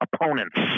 opponents